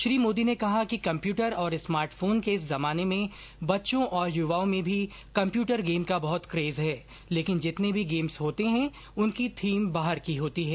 श्री मोदी ने कहा कि कम्प्यूटर और स्मार्ट फोन के इस जमाने में बच्चों और युवाओं में भी कम्प्यूटर गेम का बहत केज है लेकिन जितने भी गेम्स होते हैं उनकी थीम बाहर की होती है